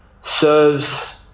serves